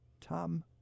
Tom